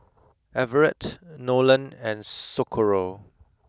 Everett Nolen and Socorro